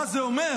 מה זה אומר?